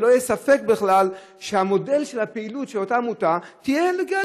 שלא יהיה ספק בכלל שהמודל של הפעילות של אותה עמותה יהיה לגלי,